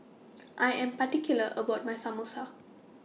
I Am particular about My Samosa